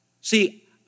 See